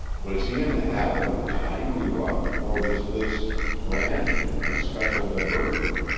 was he in the habit of tying you up or was this branding a special diversion?